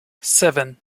seven